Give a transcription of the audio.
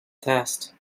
test